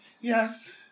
yes